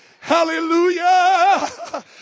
hallelujah